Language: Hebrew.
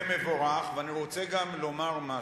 רוצה גם לומר משהו,